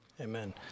Amen